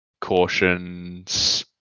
cautions